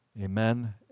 Amen